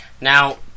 Now